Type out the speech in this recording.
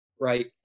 right